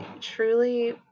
truly